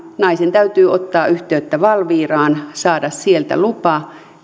naisen täytyy ottaa yhteyttä valviraan saada sieltä lupa